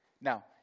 Now